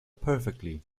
perfectly